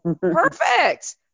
Perfect